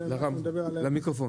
תודה רבה.